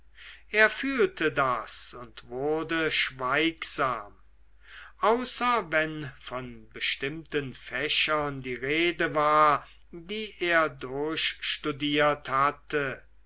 er fühlte das und wurde schweigsam außer wenn von bestimmten fächern die rede war die er durchstudiert hatte